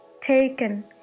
taken